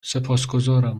سپاسگزارم